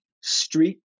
street